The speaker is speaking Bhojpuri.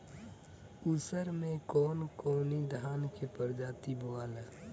उसर मै कवन कवनि धान के प्रजाति बोआला?